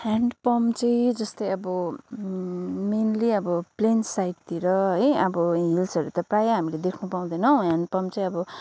hand pump चाहिँ जस्तै अब मेन्ली अब प्लेन्स साइटतिर है अब हिल्सहरू त प्राय हामीले देख्नु पाउँदैनौँ ह्यान्ड पम्प चाहिँ अब